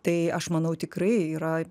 tai aš manau tikrai yra